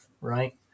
right